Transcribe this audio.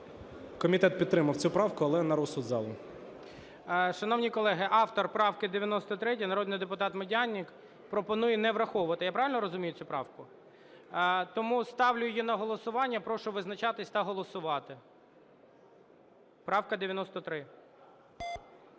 Комітет підтримав цю правку, але на розсуд залу. ГОЛОВУЮЧИЙ. Шановні колеги, автор правки 93 народний депутат Медяник пропонує не враховувати, я правильно розумію, цю правку? Тому ставлю її на голосування. Прошу визначатись та голосувати. Правка 93.